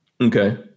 Okay